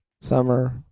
summer